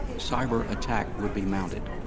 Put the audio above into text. cyber attack would be mounted.